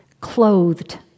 clothed